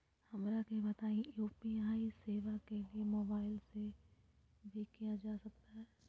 हमरा के बताइए यू.पी.आई सेवा के लिए मोबाइल से भी किया जा सकता है?